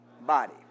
Body